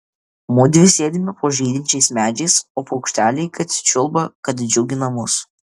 mudvi sėdime po žydinčiais medžiais o paukšteliai kad čiulba kad džiugina mus